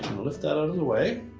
lift that out of the way.